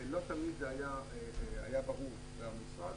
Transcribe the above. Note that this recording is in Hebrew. ולא תמיד זה היה ברור למשרד.